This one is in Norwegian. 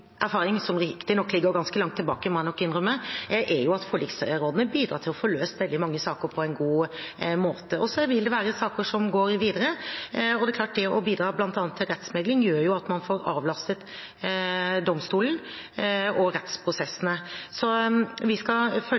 erfaring – som riktignok går ganske langt tilbake, må jeg innrømme – er at forliksrådene bidrar til å få løst veldig mange saker på en god måte. Så vil det være saker som går videre, og det er klart at det å bidra til bl.a. rettsmekling gjør at man får avlastet domstolen og rettsprosessene. Så vi skal følge